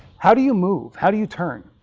how do you move? how do you turn?